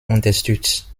unterstützt